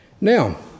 Now